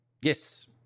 Yes